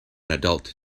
adult